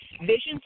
visions